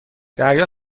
دریا